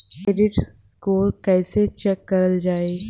Credit score कइसे check करल जायी?